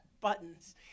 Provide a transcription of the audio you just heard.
buttons